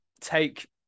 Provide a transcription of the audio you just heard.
take